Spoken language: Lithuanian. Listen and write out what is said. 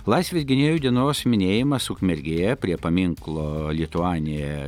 laisvės gynėjų dienos minėjimas ukmergėje prie paminklo lietuanija